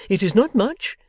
it is not much,